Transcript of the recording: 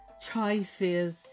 Choices